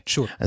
Sure